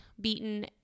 beaten